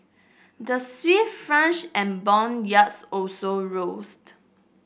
the Swiss and bond yields also rose